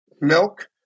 milk